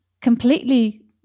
completely